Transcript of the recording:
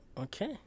Okay